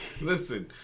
listen